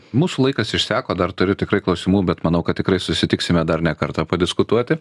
mūsų laikas išseko dar turiu tikrai klausimų bet manau kad tikrai susitiksime dar ne kartą padiskutuoti